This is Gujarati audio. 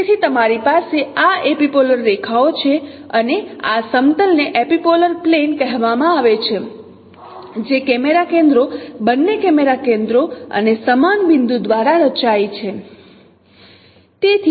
તેથી તમારી પાસે આ એપિપોલર રેખાઓ છે અને આ સમતલ ને એપિપોલર પ્લેન કહેવામાં આવે છે જે કેમેરા કેન્દ્રો બંને કેમેરા કેન્દ્રો અને સમાન બિંદુ દ્વારા રચાય છે